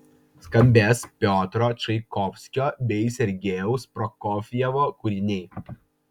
skambės piotro čaikovskio bei sergejaus prokofjevo kūriniai